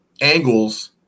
angles